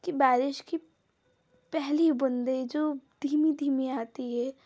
कि बारिश की पहली बूँदें जो धीमी धीमी आती हैं